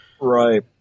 right